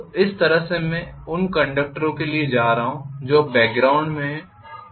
तो इसी तरह मैं उन कंडक्टरों के लिए जा रहा हूं जो बॅकग्राउंड में है